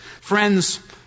Friends